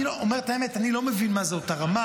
אני אומר את האמת, אני לא מבין מה זאת אותה רמה.